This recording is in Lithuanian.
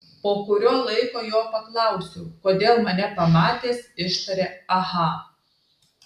po kurio laiko jo paklausiau kodėl mane pamatęs ištarė aha